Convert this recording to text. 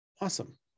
Awesome